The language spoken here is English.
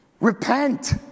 Repent